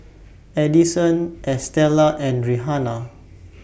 Adison Estela and Rihanna